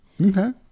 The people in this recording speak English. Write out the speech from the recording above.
Okay